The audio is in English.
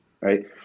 right